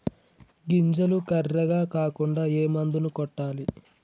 గింజలు కర్రెగ కాకుండా ఏ మందును కొట్టాలి?